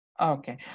Okay